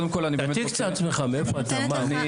תציג את עצמך, מאיפה אתה, מה, מי.